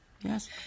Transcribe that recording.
Yes